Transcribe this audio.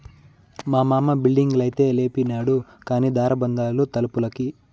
మా మామ బిల్డింగైతే లేపినాడు కానీ దార బందాలు తలుపులకి